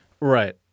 Right